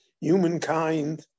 humankind